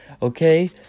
Okay